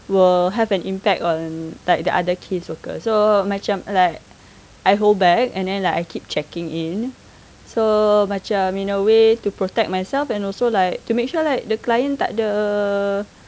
will have an impact on like the other case workers so macam like I hold back and then like I keep checking in so macam in a way to protect myself and also like to make sure like the client tidak ada